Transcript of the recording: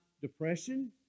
depression